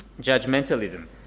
Judgmentalism